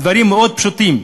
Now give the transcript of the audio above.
דברים מאוד פשוטים.